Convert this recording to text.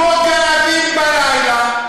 כמו גנבים בלילה,